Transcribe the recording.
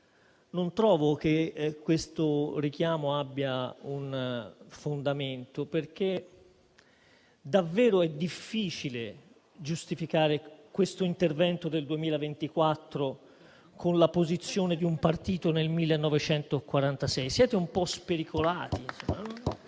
non trovo che questo richiamo abbia un fondamento perché è davvero difficile giustificare questo intervento del 2024 con la posizione di un partito nel 1946. Siete un po' spericolati.